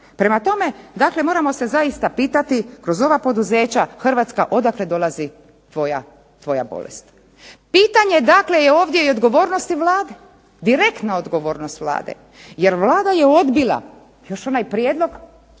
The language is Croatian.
Prema tome, moramo se zaista pitati kroz ova poduzeća hrvatska odakle dolazi tvoja bolest. Pitanje dakle je ovdje i odgovornosti Vlade, direktna odgovornost Vlade jer Vlada je odbila još onaj prijedlog